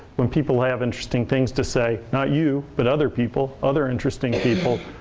when people have interesting things to say, not you, but other people, other interesting people,